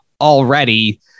already